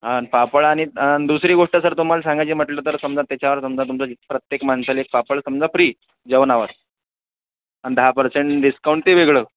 आणि पापड आणि दुसरी गोष्ट जर तुम्हाला सांगायची म्हटलं तर समजा त्याच्यावर समजा तुमचा प्रत्येक माणसाला पापड समजा फ्री जेवणावर आणि दहा पर्सेंट डिस्काऊंट ते वेगळं